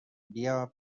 بیا